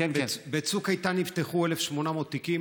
בצוק איתן נפתחו 1,800 תיקים,